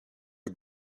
you